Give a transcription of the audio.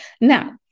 Now